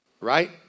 Right